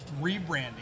rebranding